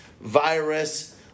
virus